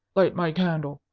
light my candle!